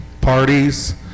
parties